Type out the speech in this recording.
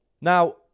Now